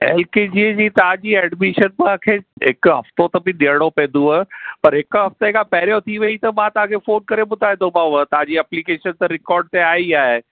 L K G अ जी तव्हां जी एडमिशन तव्हां खे हिकु हफ़्तो त बि ॾियणो पवंदव पर हिकु हफ़्ते खां पहिरों थी वई त मां तव्हां खे फ़ोन करे ॿुधाईंदोमांव तव्हां जी एपलीकेशन त रिकार्ड ते आहे ई आहे